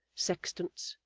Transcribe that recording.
sextants,